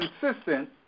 consistent